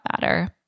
matter